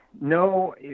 no